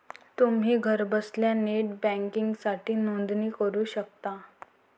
तुम्ही घरबसल्या नेट बँकिंगसाठी नोंदणी करू शकता